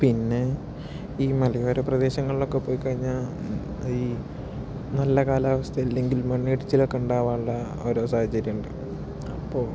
പിന്നെ ഈ മലയോരപ്രദേശങ്ങളിൽ ഒക്കെ പോയിക്കഴിഞ്ഞാൽ ഈ നല്ല കാലാവസ്ഥ അല്ലെങ്കിൽ മണ്ണിടിച്ചിൽ ഒക്കെ ഉണ്ടാകാനുള്ള ഓരോ സാധ്യതകളൊക്കെ ഉണ്ട് അപ്പോൾ